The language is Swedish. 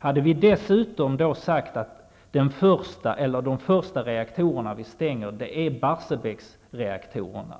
Hade vi dessutom sagt att de första reaktorer som vi stänger är Barsebäcksreaktorerna